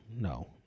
no